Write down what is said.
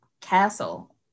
castle